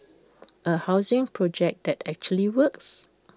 A housing project that actually works